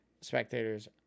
spectators